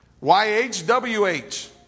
Y-H-W-H